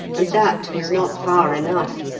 and that was not far enough.